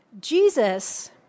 Jesus